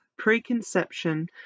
preconception